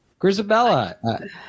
Grisabella